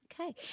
Okay